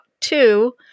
two